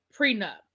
prenup